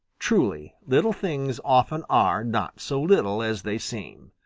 truly, little things often are not so little as they seem.